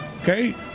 Okay